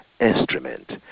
instrument